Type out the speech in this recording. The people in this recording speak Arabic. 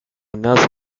الناس